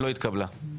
לא התקבלה.